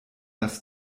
das